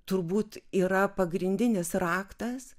turbūt yra pagrindinis raktas